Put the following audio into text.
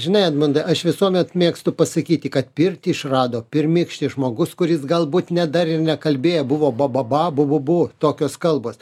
žinai edmundai aš visuomet mėgstu pasakyti kad pirtį išrado pirmykštis žmogus kuris galbūt net dar ir nekalbėjo buvo bababa bububu tokios kalbos